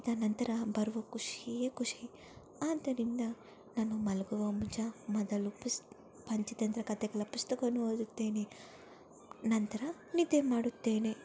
ಕೇಳಿದ ನಂತರ ಬರುವ ಖುಷಿಯೇ ಖುಷಿ ಆದ್ದರಿಂದ ನಾನು ಮಲಗುವ ಮುಜಾ ಮೊದಲು ಪುಸ್ ಪಂಚತಂತ್ರ ಕಥೆಗಳ ಪುಸ್ತಕವನ್ನು ಓದುತ್ತೇನೆ ನಂತರ ನಿದ್ದೆ ಮಾಡುತ್ತೇನೆ